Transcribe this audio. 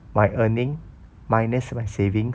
my earning minus my savings